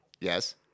Yes